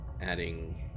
Adding